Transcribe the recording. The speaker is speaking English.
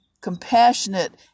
compassionate